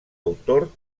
autor